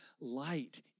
Light